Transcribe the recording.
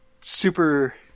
super